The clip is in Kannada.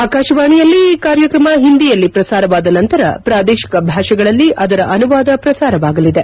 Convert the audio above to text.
ಆಕಾಶವಾಣಿಯಲ್ಲಿ ಈ ಕಾರ್ಯಕ್ರಮ ಹಿಂದಿಯಲ್ಲಿ ಪ್ರಸಾರವಾದ ನಂತರ ಪ್ರಾದೇಶಿಕ ಭಾಷೆಗಳಲ್ಲಿ ಅದರ ಅನುವಾದ ಪ್ರಸಾರವಾಗಲಿದೆ